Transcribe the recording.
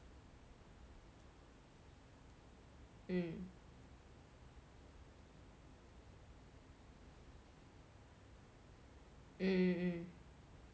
mm mm